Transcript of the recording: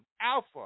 Alpha